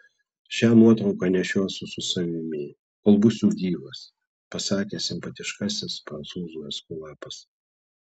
šią nuotrauką nešiosiu su savimi kol būsiu gyvas pasakė simpatiškasis prancūzų eskulapas